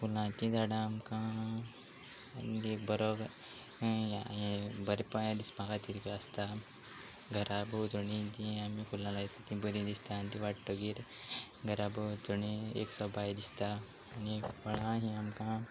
फुलांचीं झाडां आमकां आनी एक बरो गा ह्या हें बरे पांय दिसपा खातीर बी आसता घरा भोंवतणीं जीं आमी फुलां लायता तीं बरीं दिसता आनी ती वाडटकच घरा भोंवतणीं एक सोबाय दिसता आनी फळां हीं आमकां